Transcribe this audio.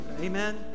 Amen